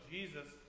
Jesus